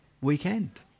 weekend